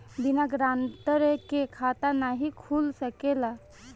बिना गारंटर के खाता नाहीं खुल सकेला?